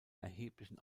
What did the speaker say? erheblichen